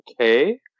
Okay